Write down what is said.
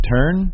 Turn